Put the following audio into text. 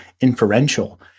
inferential